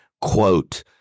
quote